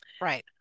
Right